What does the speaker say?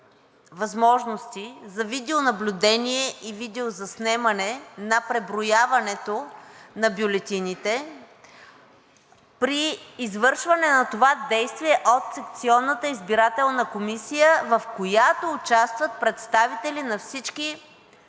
възможности за видеонаблюдение и видеозаснемане на преброяването на бюлетините при извършване на това действие от секционната избирателна комисия, в която участват представители на всички